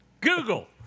Google